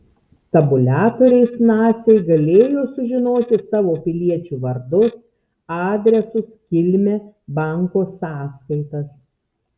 tabuliatoriais naciai galėjo sužinoti savo piliečių vardus adresus kilmę banko sąskaitas